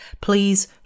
Please